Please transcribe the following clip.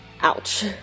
Ouch